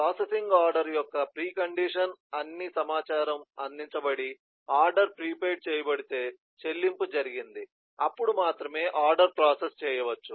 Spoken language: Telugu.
ప్రాసెసింగ్ ఆర్డర్ యొక్క ప్రీ కండిషన్ అన్ని సమాచారం అందించబడి ఆర్డర్ ప్రీపెయిడ్ చేయబడితే చెల్లింపు జరిగింది అప్పుడు మాత్రమే ఆర్డర్ ప్రాసెస్ చేయవచ్చు